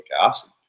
acid